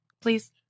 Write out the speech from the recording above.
Please